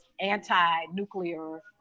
anti-nuclear